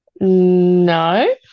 No